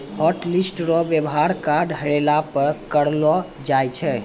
hotlist रो वेवहार card हेरैला पर करलो जाय छै